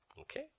Okay